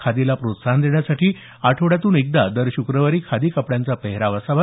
खादीला प्रोत्साहन देण्यासाठी आठवड्यातून एकदा दर शक्रवारी खादी कपड्यांचा पेहराव असावा